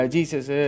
Jesus